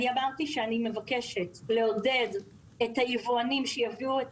אמרתי שאני מבקשת לעודד את היבואנים שיביאו את